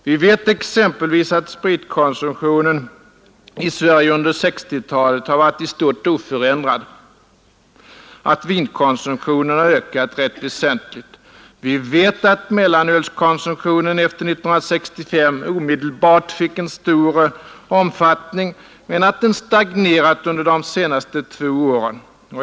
Vi vet exempelvis att spritkonsumtionen i Sverige under 1960-talet har varit i stort sett oförändrad, att vinkonsumtionen har ökat rätt väsentligt. Vi vet att mellanölskonsumtionen efter 1965 omedelbart fick en stor omfattning men att den stagnerat under de senaste två åren.